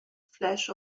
flash